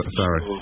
sorry